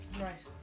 Right